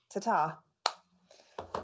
Ta-ta